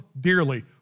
dearly